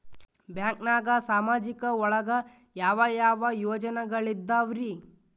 ಬ್ಯಾಂಕ್ನಾಗ ಸಾಮಾಜಿಕ ಒಳಗ ಯಾವ ಯಾವ ಯೋಜನೆಗಳಿದ್ದಾವ್ರಿ?